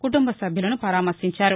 కుటుంబ సభ్యులను పరామర్భించారు